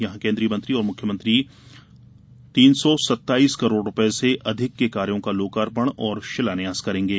यहां केन्द्रीय मंत्री और मुख्यमंत्री तीन सत्ताईस करोड़ रूपये से अधिक के कार्यो का लोकार्पण और शिलान्यास करेंगे